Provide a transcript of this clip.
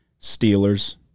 Steelers